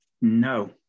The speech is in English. No